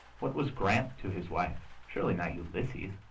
what was grant to his wife? surely not ulysses!